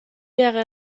wäre